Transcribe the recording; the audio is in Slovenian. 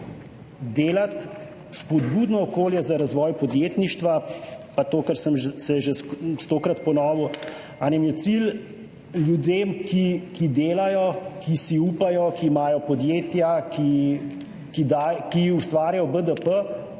delati spodbudno okolje za razvoj podjetništva, pa to, kar sem se že stokrat ponovil, a nam je cilj ljudem, ki delajo, ki si upajo, ki imajo podjetja, ki da, ki ustvarjajo BDP,